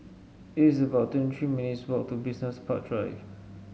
it is about twenty three minutes' walk to Business Park Drive